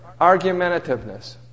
argumentativeness